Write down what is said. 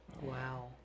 Wow